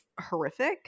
horrific